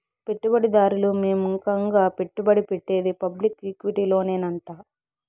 పెట్టుబడి దారులు పెముకంగా పెట్టుబడి పెట్టేది పబ్లిక్ ఈక్విటీలోనేనంట